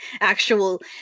actual